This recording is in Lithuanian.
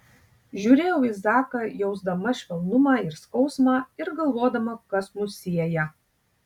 žiūrėjau į zaką jausdama švelnumą ir skausmą ir galvodama kas mus sieja